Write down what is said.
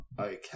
Okay